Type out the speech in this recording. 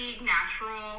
natural